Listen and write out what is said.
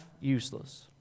useless